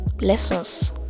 Lessons